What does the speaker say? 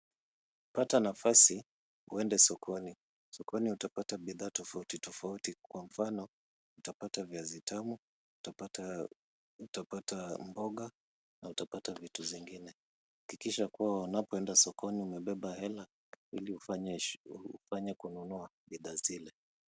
Pata nafasi uende sokoni. Sokoni utapata bidhaa tofauti tofauti, kwa mfano utapata viazi tamu, utapata utapata mboga, utapata vitu zingine. Hakikisha kuwa unapoenda sokoni, umebeba hela ili ufanye shughuli, ufanye kununua bidhaa zile.